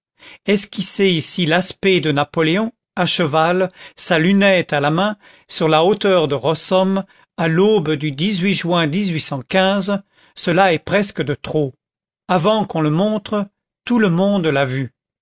esquisser ici l'aspect de napoléon à cheval sa lunette à la main sur la hauteur de rossomme à l'aube du juin cela est presque de trop avant qu'on le montre tout le monde l'a vu